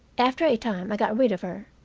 after a time i got rid of her,